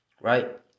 Right